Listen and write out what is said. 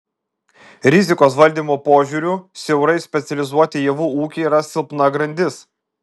rizikos valdymo požiūriu siaurai specializuoti javų ūkiai yra silpna grandis